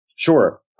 Sure